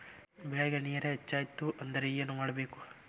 ಬೆಳೇಗ್ ನೇರ ಹೆಚ್ಚಾಯ್ತು ಅಂದ್ರೆ ಏನು ಮಾಡಬೇಕು?